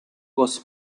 was